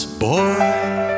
boy